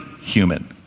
human